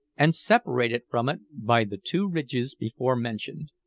and separated from it by the two ridges before mentioned.